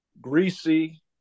greasy